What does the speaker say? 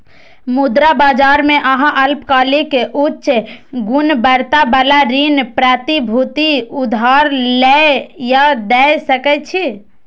मुद्रा बाजार मे अहां अल्पकालिक, उच्च गुणवत्ता बला ऋण प्रतिभूति उधार लए या दै सकै छी